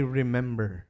remember